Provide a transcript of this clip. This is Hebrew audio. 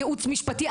כייעוץ משפטי,